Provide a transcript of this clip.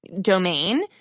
domain